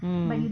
mm